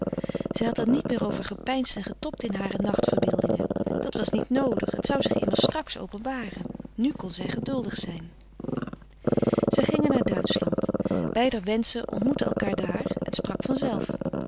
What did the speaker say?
zij had er niet meer over gepeinsd en getobd in hare nachtverbeeldingen dat was niet noodig het frederik van eeden van de koele meren des doods zou zich immers straks openbaren nu kon zij geduldig zijn zij gingen naar duitschland beider wenschen ontmoetten elkaar daar het sprak